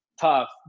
tough